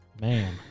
man